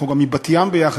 אנחנו גם מבת-ים ביחד,